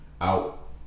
out